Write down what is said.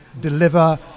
deliver